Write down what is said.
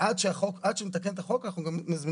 עד שנתקן את החוק אנחנו גם מזמינים